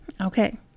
Okay